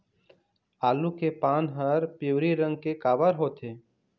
आलू के पान हर पिवरी रंग के काबर होथे?